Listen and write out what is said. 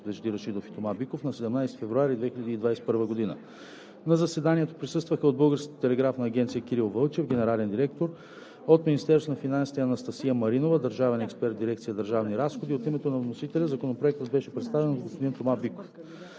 Вежди Рашидов и Тома Биков на 17 февруари 2021 г. На заседанието присъстваха: от Българската телеграфна агенция – Кирил Вълчев, генерален директор; от Министерството на финансите – Анастасия Маринова, държавен експерт в дирекция „Държавни разходи“. От името на вносителя Законопроектът беше представен от господин Тома Биков.